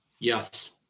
Yes